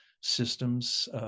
systems